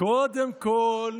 קודם כול,